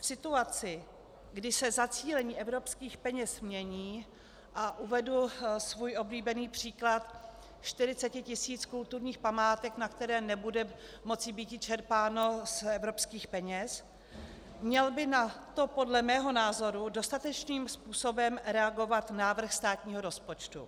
V situaci, kdy se zacílení evropských peněz mění, a uvedu svůj oblíbený příklad 40 tisíc kulturních památek, na které nebude moci být čerpáno z evropských peněz, měl by na to podle mého názoru dostatečným způsobem reagovat návrh státního rozpočtu.